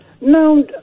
No